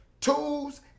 tools